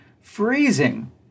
freezing